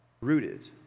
rooted